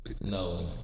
No